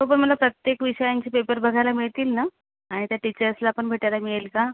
हो पण मला प्रत्येक विषयांची पेपर बघायला मिळतील ना आणि त्या टीचर्सला पण भेटायला मिळेल का